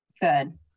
Good